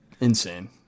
insane